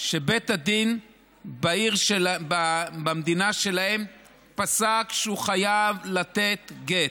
כשבית הדין במדינה שלהם פסק שהוא חייב לתת גט,